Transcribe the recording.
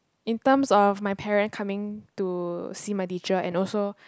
in terms of my parent coming to see my teacher and also